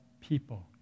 people